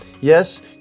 Yes